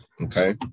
Okay